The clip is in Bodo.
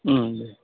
दे